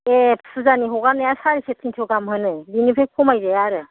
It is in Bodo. ए फुजानि हगारनाया सारिस' थिनस' गाहाम होनो बिनिफ्राय खमायजाया आरो